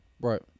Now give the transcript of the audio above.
right